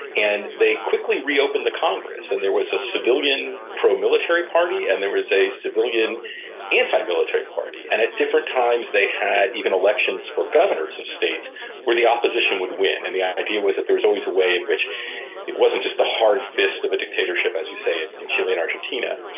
and they quickly reopened the congress. and there was a civilian pro-military party and there was a civilian antimilitary party. and at different times they had even elections for governors of states where the opposition would win, and the idea was that there was always a way in which it wasn't just the hard fist of a dictatorship, as you say, in chile and argentina.